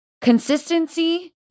Consistency